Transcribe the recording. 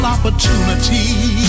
Opportunity